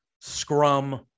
scrum